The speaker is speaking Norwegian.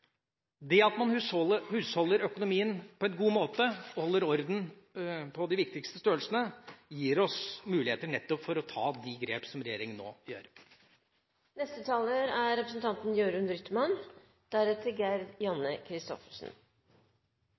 Det at man husholder økonomien på en god måte og holder orden på de viktigste størrelsene, gir oss mulighet til å ta nettopp de grep som regjeringa nå gjør.